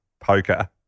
poker